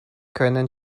können